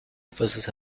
officers